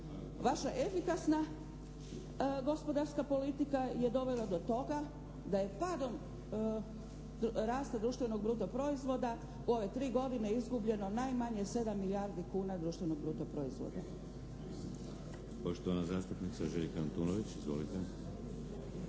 Vaša efikasna gospodarska politika je dovela do toga da je padom rasta društvenog proizvoda u ove tri godine izgubljeno najmanje 7 milijardi kuna društvenog bruto proizvoda.